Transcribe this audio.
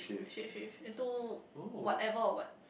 shape shift into whatever or what